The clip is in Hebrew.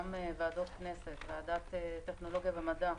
גם ועדות כנסת ועדת הטכנולוגיה והמדע,